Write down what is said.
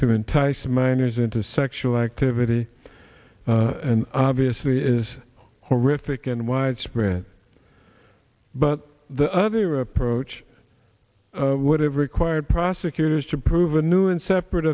to entice minors into sexual activity and obviously is horrific and widespread but the other approach would have required prosecutors to prove a new and separate